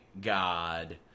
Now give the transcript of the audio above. God